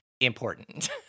important